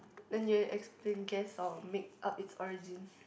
then you explain guess or make-up its origins